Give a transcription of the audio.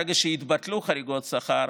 ברגע שהתבטלו חריגות שכר,